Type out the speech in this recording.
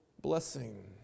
blessing